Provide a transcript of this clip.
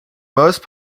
most